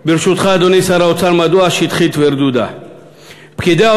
ברשותך, אדוני שר האוצר, אסביר מדוע שטחית ורדודה.